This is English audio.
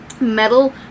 metal